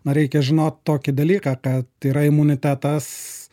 na reikia žinoti tokį dalykąkad yra imunitetas